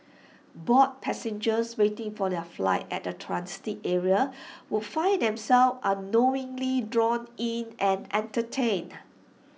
bored passengers waiting for their flight at the transit area would find themselves unknowingly drawn in and entertained